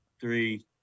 three